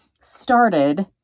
started